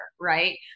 right